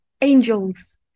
angels